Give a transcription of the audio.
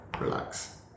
relax